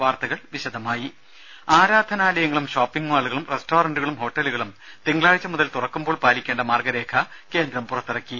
വാർത്തകൾ വിശദമായി ആരാധനാലയങ്ങളും ഷോപ്പിംഗ് മാളുകളും റസ്റ്റോറന്റുകളും ഹോട്ടലുകളും തിങ്കളാഴ്ച മുതൽ തുറക്കുമ്പോൾ പാലിക്കേണ്ട മാർഗ്ഗരേഖ കേന്ദ്രം പുറത്തിറക്കി